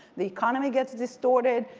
the economy gets distorted,